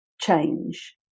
change